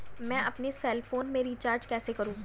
मैं अपने cell phone में रिचार्ज कैसे करूँ?